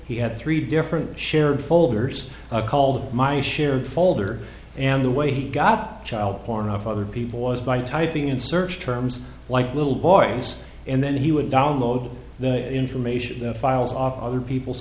he had three different shared folders called my shared folder and the way he got child porn of other people was by typing in search terms like little boy ends and then he would download the information the files of other people's